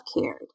cared